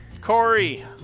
Corey